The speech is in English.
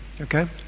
Okay